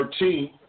13